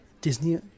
Disney